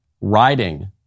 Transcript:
riding